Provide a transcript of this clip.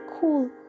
cool